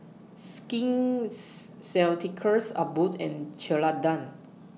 Skin Ceuticals Abbott and Ceradan